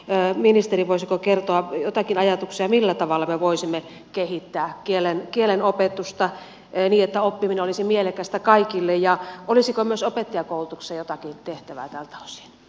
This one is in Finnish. voisiko ministeri kertoa jotakin ajatuksia millä tavalla me voisimme kehittää kielenopetusta niin että oppiminen olisi mielekästä kaikille ja olisiko myös opettajakoulutuksessa jotakin tehtävää tältä osin